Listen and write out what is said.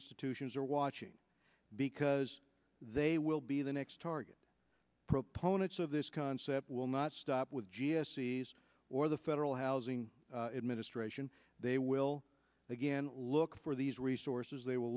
institutions are watching because they will be the next target proponents of this concept will not stop with g s e's or the federal housing administration they will again look for these resources they will